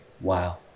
wow